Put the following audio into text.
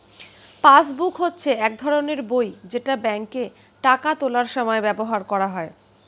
passbook হচ্ছে এক ধরনের বই যেটা ব্যাংকে টাকা তোলার সময় ব্যবহার করা হয়